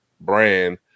brand